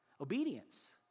Obedience